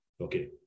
Okay